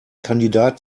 kandidat